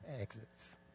exits